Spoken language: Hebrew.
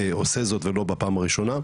עושה זאת ולא בפעם הראשונה,